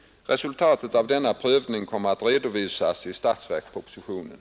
Resultatet av denna prövning kommer att redovisas i statsverkspropositionen.